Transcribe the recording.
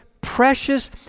precious